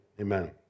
Amen